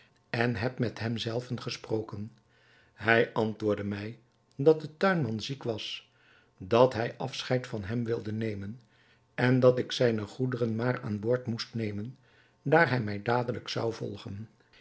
en heb met hem zelven gesproken hij antwoordde mij dat de tuinman ziek was dat hij afscheid van hem wilde nemen en dat ik zijne goederen maar aan boord moest brengen daar hij mij dadelijk zou volgen